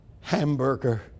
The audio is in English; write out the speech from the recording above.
hamburger